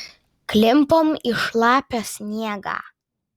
klimpom į šlapią sniegą